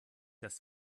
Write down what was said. das